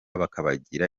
bakabagira